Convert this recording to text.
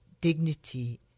dignity